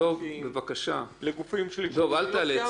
אל תאלץ אותי.